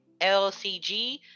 LCG